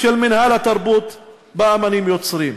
של מינהל התרבות באמנים יוצרים,